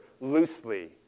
loosely